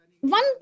one